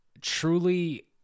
truly